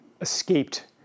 escaped